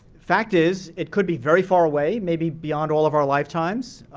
fact is, it could be very far away, maybe beyond all of our lifetimes.